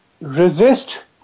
resist